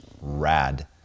Rad